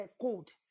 code